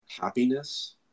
happiness